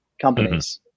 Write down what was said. companies